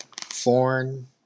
foreign